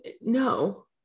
No